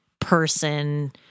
person